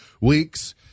weeks